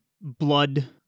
Blood